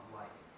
life